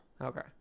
okay